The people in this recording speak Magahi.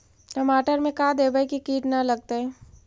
टमाटर में का देबै कि किट न लगतै?